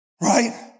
Right